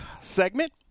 segment